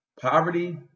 Poverty